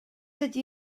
ydy